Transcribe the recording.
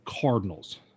Cardinals